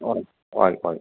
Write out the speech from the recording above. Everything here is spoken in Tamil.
okay okay okay